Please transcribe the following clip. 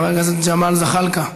חבר הכנסת ג'מאל זחאלקה,